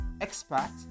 expert